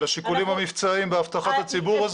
על השיקולים המבצעיים באבטחת הציבור?